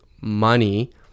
money